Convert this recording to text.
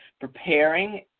Preparing